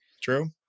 true